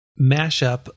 mashup